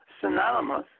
synonymous